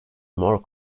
more